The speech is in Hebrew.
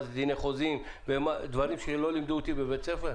מה זה דיני חוזים ודברים שלא לימדו אותי בבית ספר?